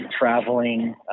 traveling